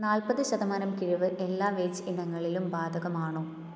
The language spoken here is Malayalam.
നാൽപ്പത് ശതമാനം കിഴിവ് എല്ലാ വെജ് ഇനങ്ങളിലും ബാധകമാണോ